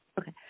Okay